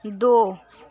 दो